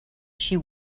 she